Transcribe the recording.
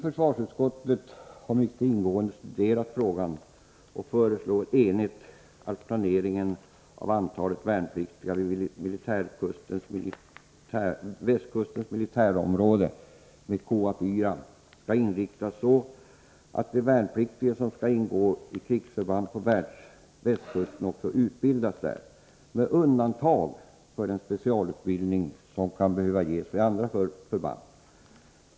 Försvarsutskottet har mycket ingående studerat frågan och föreslår enigt att planeringen av antalet värnpliktiga vid Västkustens militärkommando med KA 4 skall inriktas på att de värnpliktiga som skall ingå i krigsförband på västkusten också utbildas där med undantag för den specialutbildning som kan behöva ges vid andra förband.